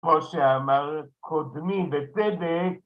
כמו שאמר קודמי בצדק,